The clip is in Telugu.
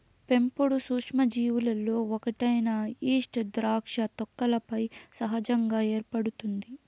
పెంపుడు సూక్ష్మజీవులలో ఒకటైన ఈస్ట్ ద్రాక్ష తొక్కలపై సహజంగా ఏర్పడుతుంది